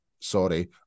sorry